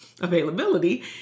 availability